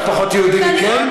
אנחנו פחות יהודים מכם?